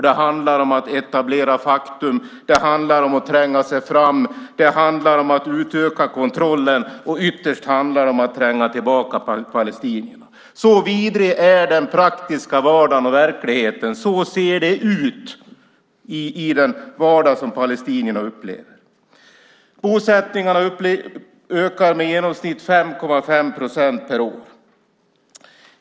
Det handlar om att etablera faktum, det handlar om att tränga sig fram, det handlar om att utöka kontrollen och ytterst handlar det om att tränga tillbaka palestinierna. Så vidrig är den praktiska vardagen och verkligheten. Så ser det ut i den vardag som palestinierna upplever. Bosättningarna ökar med i genomsnitt 5,5 procent per år.